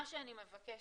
מה שאני מבקשת,